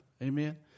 Amen